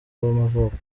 w’amavuko